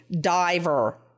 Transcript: diver